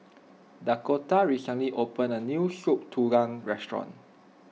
Dakoda recently opened a new Soup Tulang restaurant